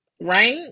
Right